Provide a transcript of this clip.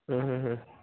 ಹ್ಞೂ ಹ್ಞೂ ಹ್ಞೂ